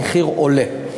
והמחיר עולה.